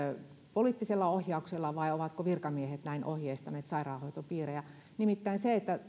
poliittisella ohjauksella vai ovatko virkamiehet näin ohjeistaneet sairaanhoitopiirejä nimittäin